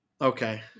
Okay